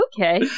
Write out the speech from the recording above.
Okay